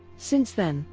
since then,